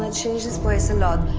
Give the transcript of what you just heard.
ah change this place a lot.